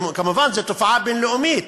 כמובן, זו תופעה בין-לאומית,